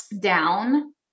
down